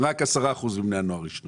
רק 10 אחוזים מבני הנוער עישנו